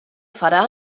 farà